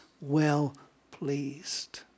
well-pleased